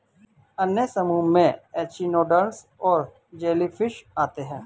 अन्य समूहों में एचिनोडर्म्स और जेलीफ़िश आते है